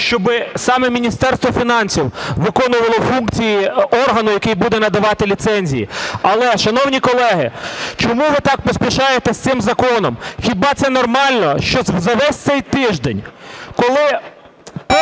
щоб саме Міністерство фінансів виконувало функції органу, який буде надавати ліцензії. Але, шановні колеги, чому ви так поспішаєте з цим законом? Хіба це нормально, що за весь цей тиждень, коли